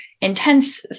intense